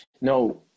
No